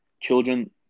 children